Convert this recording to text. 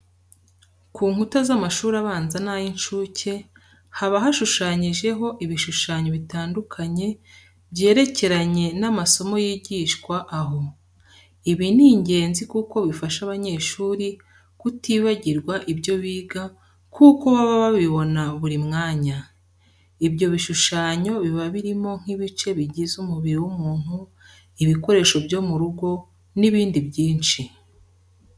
Ku nkuta z'amashuri abanza n'ay'incuke haba hashushanyijeho ibishushanyo bitandukanye byerekeranye n'amasomo yigishwa aho. Ibi ni ingenzi kuko bifasha abanyeshuri kutibagirwa ibyo biga kuko baba babibona buri mwanya. Ibyo bishushanyo biba birimo nk'ibice bigize umubiri w'umuntu, ibikoresho byo mu rugo n'ibindi byinshi.